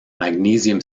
magnesium